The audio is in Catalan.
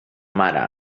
mare